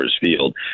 Field